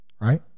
right